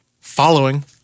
following